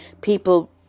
people